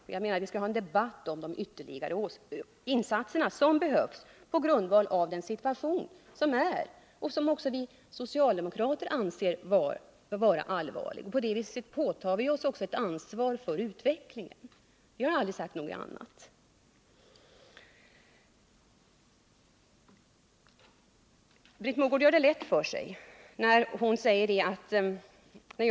Vi borde enligt min mening föra en debatt om de ytterligare insatser som behövs på grund av den situation som råder i många skolor och som också vi socialdemokrater anser vara allvarlig. På det sättet påtar vi socialdemokrater oss ett ansvar för utvecklingen.